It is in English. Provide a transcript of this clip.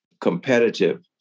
competitive